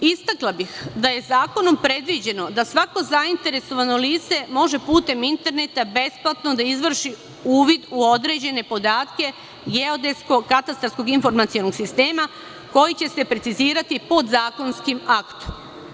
Istakla bih da je zakonom predviđeno da svako zainteresovano lice može putem interneta besplatno da izvrši uvid u određene podatke Geodetskog katastarskog informacionog sistema, koji će se precizirati podzakonskim aktom.